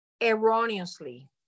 erroneously